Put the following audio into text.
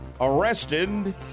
arrested